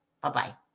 Bye-bye